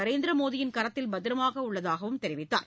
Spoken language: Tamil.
நரேந்திர மோடியின் கரத்தில் பத்திரமாக உள்ளதாகவும் தெரிவித்தார்